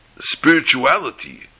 Spirituality